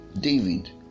David